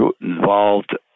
involved